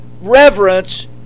reverence